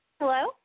Hello